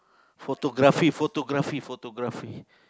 photography photography photography